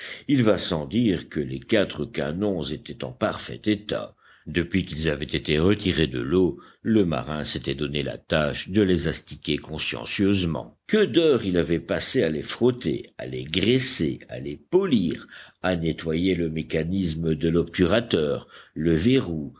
il va sans dire que les quatre canons étaient en parfait état depuis qu'ils avaient été retirés de l'eau le marin s'était donné la tâche de les astiquer consciencieusement que d'heures il avait passées à les frotter à les graisser à les polir à nettoyer le mécanisme de l'obturateur le verrou